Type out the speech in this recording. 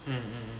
mm mm